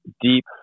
deep